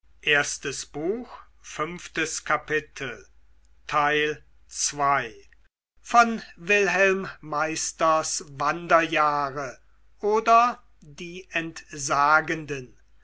goethe wilhelm meisters wanderjahre oder die entsagenden